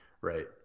Right